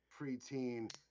preteen